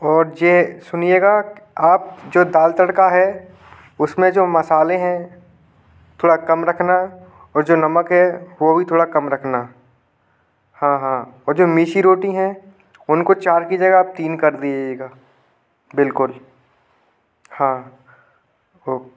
और जे सुनिएगा आप जो दाल तड़का है उसमें जो मसाले हैं थोड़ा कम रखना और जो नमक है वह भी थोड़ा कम रखना हाँ हाँ और जो मीशी रोटी हैं उनको चार की जगह तीन कर दीजिएगा बिलकुल हाँ ओ